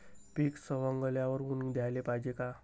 पीक सवंगल्यावर ऊन द्याले पायजे का?